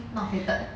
not fated